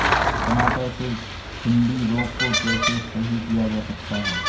टमाटर से सुंडी रोग को कैसे सही किया जा सकता है?